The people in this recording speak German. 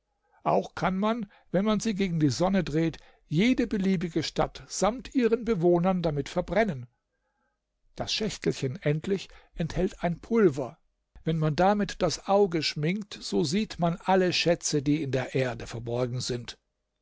auch kann man wenn man sie gegen die sonne dreht jede beliebige stadt samt ihren bewohnern damit verbrennen das schächtelchen endlich enthält ein pulver wenn man damit das auge schminkt so sieht man alle schätze die in der erde verborgen sind